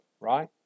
right